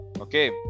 Okay